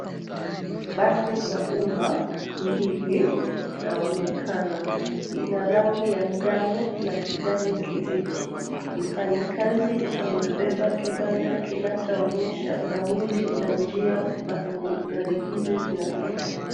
Basi za umma mbili zaonekana. Ina rangi ya njano na kijani kibichi. Mfanyikazi amebeba kibanda kinachoonyesha nauli na njia gari hizi zinapita.